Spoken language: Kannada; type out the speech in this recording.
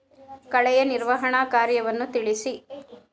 ಕಳೆಯ ನಿರ್ವಹಣಾ ಕಾರ್ಯವನ್ನು ತಿಳಿಸಿ?